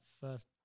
first